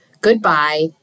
Goodbye